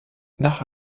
nach